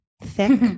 thick